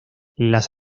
las